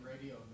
radio